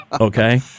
Okay